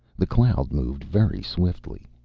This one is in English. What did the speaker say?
the cloud moved very swiftly.